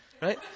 right